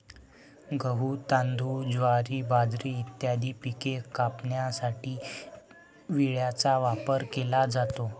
गहू, तांदूळ, ज्वारी, बाजरी इत्यादी पिके कापण्यासाठी विळ्याचा वापर केला जातो